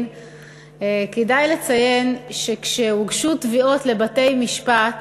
כדאי לציין שכשהוגשו תביעות לבתי-משפט,